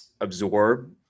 Absorb